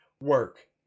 work